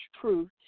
truth